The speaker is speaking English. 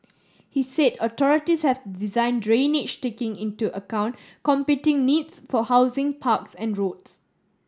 he said authorities have design drainage she taking into account competing needs for housing parks and roads